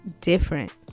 different